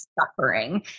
suffering